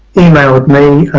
emailed me